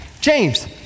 James